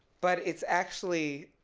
but it's actually